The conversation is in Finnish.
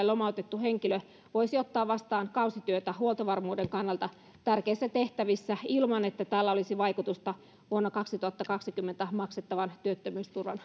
lomautettu henkilö voisi ottaa vastaan kausityötä huoltovarmuuden kannalta tärkeissä tehtävissä ilman että tällä olisi vaikutusta vuonna kaksituhattakaksikymmentä maksettavan työttömyysturvan